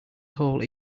hole